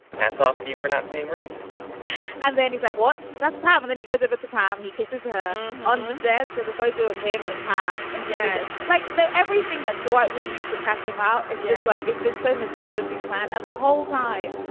hats off to you for not saying race and then he's like, what? that's part. and then he goes, if it's a pipe, he kisses her on the desk as a photo of him and pam. and yeah like everything that dwight would use to catch him out, it's just like it's been so meticulously planned and the whole time.